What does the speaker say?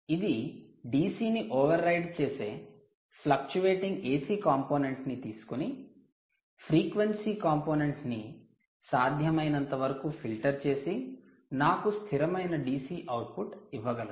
ఇది DC ని override చేసే ఫ్లూక్టువేటింగ్ AC కంపోనెంట్ ని తీసుకోని ఫ్రీక్వెన్సీ కంపోనెంట్ ని సాధ్యమైనంతవరకు ఫిల్టర్ చేసి నాకు స్థిరమైన DC అవుట్పుట్ ఇవ్వగలదు